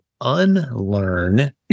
unlearn